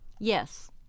Yes